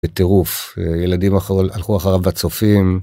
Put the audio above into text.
בטירוף, ילדים הלכו אחריו לצופים.